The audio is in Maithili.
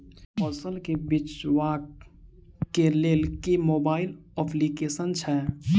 फसल केँ बेचबाक केँ लेल केँ मोबाइल अप्लिकेशन छैय?